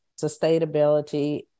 sustainability